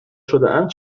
شدهاند